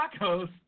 tacos